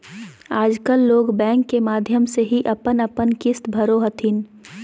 आजकल लोग बैंक के माध्यम से ही अपन अपन किश्त भरो हथिन